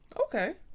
okay